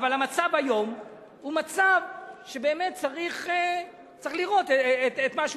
אבל המצב היום הוא מצב שבאמת צריך לראות את מה,